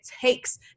takes